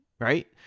right